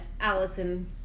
Allison